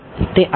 તે આ છે